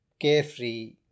carefree